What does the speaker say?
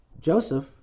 Joseph